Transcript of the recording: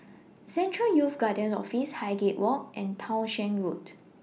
Central Youth Guidance Office Highgate Walk and Townshend Road